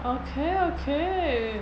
okay okay